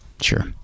Sure